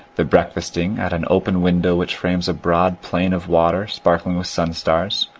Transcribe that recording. the breakfasting at an open window which frames a broad plain of water sparkling with sun-stars,